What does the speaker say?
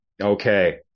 Okay